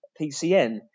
PCN